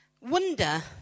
wonder